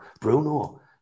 Bruno